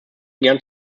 gerne